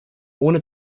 ohne